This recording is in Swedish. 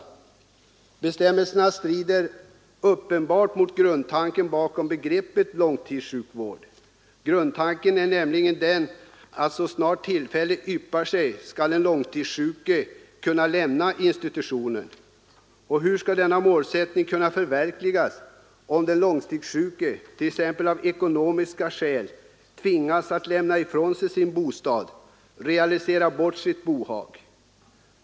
Dessa bestämmelser strider uppenbart mot grundtanken bakom begreppet ”långtidssjukvård”. Grundtanken är nämligen den att så snart tillfälle yppar sig skall den långtidssjuke lämna institutionen. Hur skall denna målsättning kunna förverkligas om den långtidssjuke, t.ex. av ekonomiska skäl, tvingas att lämna ifrån sig sin bostad och realisera sitt bohag?